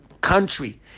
country